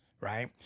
Right